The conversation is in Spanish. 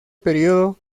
periodo